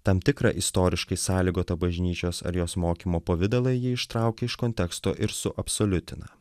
tam tikrą istoriškai sąlygotą bažnyčios ar jos mokymo pavidalą ji ištraukia iš konteksto ir suabsoliutina